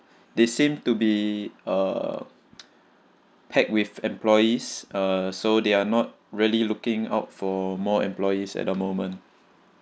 they seem to be uh packed with employees uh so they are not really looking out for more employees at the moment